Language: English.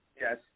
Yes